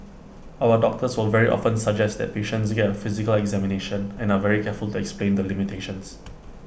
our doctors will very often suggest that patients get A physical examination and are very careful to explain the limitations